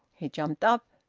he jumped up,